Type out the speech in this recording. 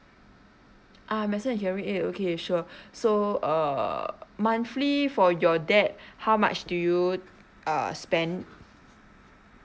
ah medicine for hearing aid okay sure so uh monthly for your dad how much do you err spend